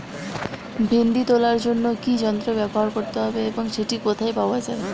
ভিন্ডি তোলার জন্য কি যন্ত্র ব্যবহার করতে হবে এবং সেটি কোথায় পাওয়া যায়?